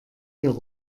ihrer